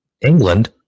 England